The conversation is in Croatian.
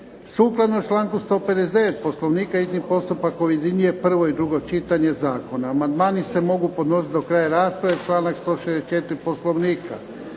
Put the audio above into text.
Sukladno članku 159. Poslovnika hitni postupak objedinjuje prvo i drugo čitanje zakona. Amandmani se mogu podnositi do kraja rasprave čl. 164. Poslovnika.